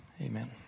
amen